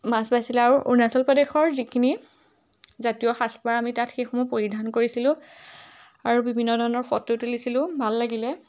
মাছ মাৰিছিলে আৰু অৰুণাচল প্ৰদেশৰ যিখিনি জাতীয় সাজপাৰ আমি তাত সেইসমূহ পৰিধান কৰিছিলোঁ আৰু বিভিন্ন ধৰণৰ ফটো তুলিছিলোঁ ভাল লাগিলে